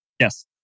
Yes